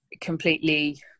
completely